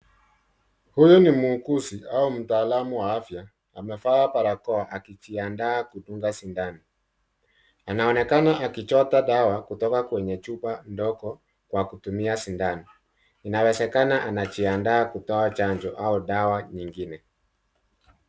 Huyu ni muuguzi au mtaalumu wa afya, amevaa barakoa akijiandaa kudunga sidano. Anaonekana akichota dawa kutoka kwenye chupa ndogo na kutumia sidano, inawezekana anajiandaa kutoa chanjo au dawa nyingine.